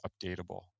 updatable